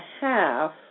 half